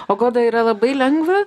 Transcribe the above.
o goda yra labai lengva